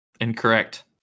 Incorrect